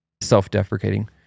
self-deprecating